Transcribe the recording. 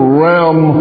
realm